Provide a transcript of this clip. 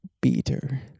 beater